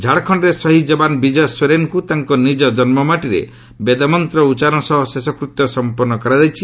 ଝାଡ଼ଖଣ୍ଡରେ ସହିଦ ଜବାନ ବିଜୟ ସୋରେନଙ୍କୁ ତାଙ୍କ ନିଜ ଜନ୍ମୁମାଟିରେ ବେଦମନ୍ତ୍ର ଉଚ୍ଚାରଣ ସହ ଶେଷକୃତ୍ୟ ସମ୍ପନ୍ନ କରାଯାଇଛି